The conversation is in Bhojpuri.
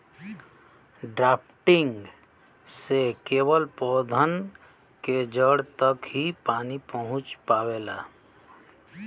ड्राफ्टिंग से केवल पौधन के जड़ तक ही पानी पहुँच पावेला